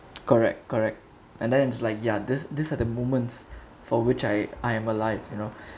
correct correct and then it's like yeah these these are the moments for which I I am alive